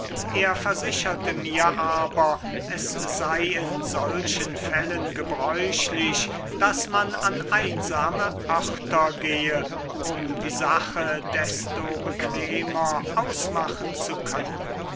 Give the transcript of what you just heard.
er versicherte mir aber es sei in solchen fällen gebräuchlich daß man an einsame örter gehe um die sache desto bequemer ausmachen zu können